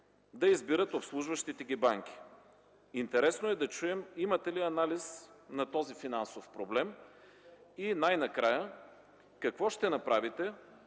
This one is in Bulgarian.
да избират обслужващите ги банки. Интересно е да чуем, имате ли анализ на този финансов проблем. И най-накрая, какво ще направите,